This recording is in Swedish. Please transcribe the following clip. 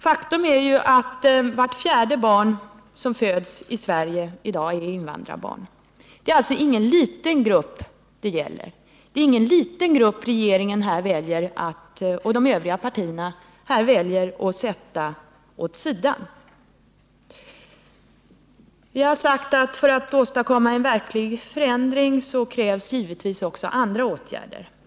Faktum är att vart fjärde barn som föds i Sverige i dag är ett invandrarbarn. Det är alltså ingen liten grupp det gäller. Det är ingen liten grupp som regeringen och övriga partier här väljer att sätta åt sidan. Vi har sagt att för att åstadkomma en verklig förändring krävs givetvis också andra åtgärder.